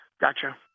Gotcha